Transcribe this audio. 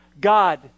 God